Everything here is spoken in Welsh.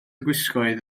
gwisgoedd